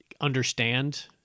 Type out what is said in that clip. understand